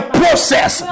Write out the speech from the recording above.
process